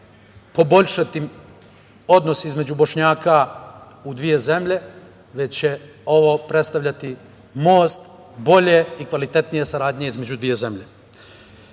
poboljšati odnos između Bošnjaka u dve zemlje, već će ovo predstavljati most bolje i kvalitetnije saradnje između dve